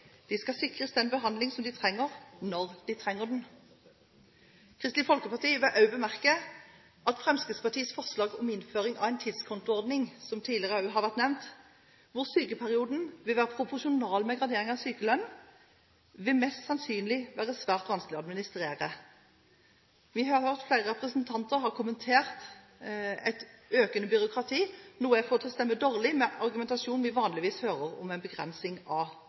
De skal sikres den behandlingen som de trenger, når de trenger den. Kristelig Folkeparti vil også bemerke at Fremskrittspartiets forslag om innføring av en tidskontoordning – som tidligere også har vært nevnt – hvor sykepengeperioden vil være proporsjonal med graderingen av sykelønnen, vil mest sannsynlig være svært vanskelig å administrere. Vi har hørt flere representanter kommentere et økende byråkrati, noe som jeg får til å stemme dårlig med den argumentasjonen vi vanligvis hører når det gjelder begrensning av